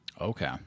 Okay